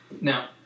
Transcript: now